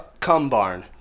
Cumbarn